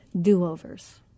do-overs